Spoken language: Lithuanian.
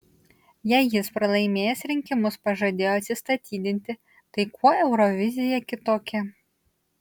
jei jis pralaimėjęs rinkimus pažadėjo atsistatydinti tai kuo eurovizija kitokia